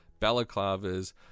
balaclavas